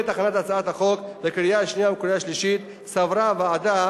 בעת הכנת הצעת החוק לקריאה השנייה ולקריאה השלישית סברה הוועדה